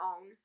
own